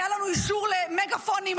היה לנו אישור למגפונים,